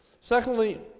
Secondly